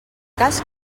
cas